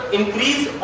increase